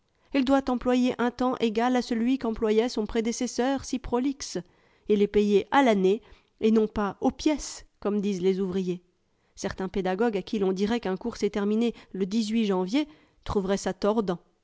il doit employer un temps égal à celui qu'employait son prédécesseur si prolixe il est payé à l'année et non pas aux pièces comme disent les ouvriers certains pédagogues à qui l'on dirait qu'un cours s'est terminé le janvier trouveraient ça tordant